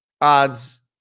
odds